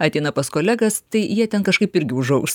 ateina pas kolegas tai jie ten kažkaip irgi užaugs